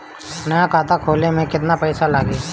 नया खाता खोले मे केतना पईसा लागि?